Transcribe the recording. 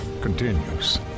continues